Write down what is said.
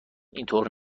اینطور